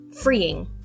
freeing